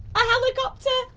a helicopter.